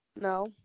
No